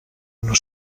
una